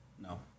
No